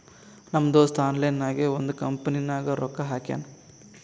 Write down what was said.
ನಮ್ ದೋಸ್ತ ಆನ್ಲೈನ್ ನಾಗೆ ಒಂದ್ ಕಂಪನಿನಾಗ್ ರೊಕ್ಕಾ ಹಾಕ್ಯಾನ್